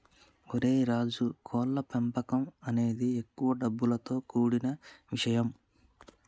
ఓరై రాజు కోళ్ల పెంపకం అనేది ఎక్కువ డబ్బులతో కూడిన ఇషయం